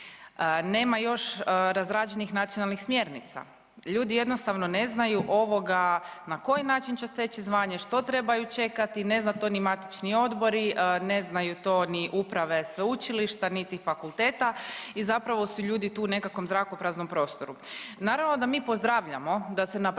Nema još razrađenih nacionalnih smjernica. Ljudi jednostavno ne znaju na koji način će steći zvanje, što trebaju čekati, ne znaju to ni matični odbori, ne znaju to ni uprave sveučilišta, niti fakulteta i zapravo su ljudi tu u nekakvom zrakopraznom prostoru. Naravno da mi pozdravljamo da se napravi